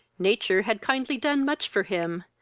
nature had kindly done much for him,